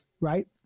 right